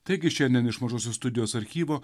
taigi šiandien iš mažosios studijos archyvo